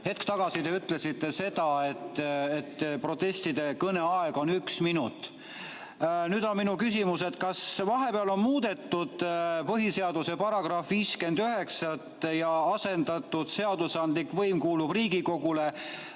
Hetk tagasi te ütlesite seda, et protestide kõneaeg on üks minut. Nüüd on minu küsimus: kas vahepeal on muudetud põhiseaduse § 59 ja asendatud lause "Seadusandlik võim kuulub Riigikogule"